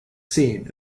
scene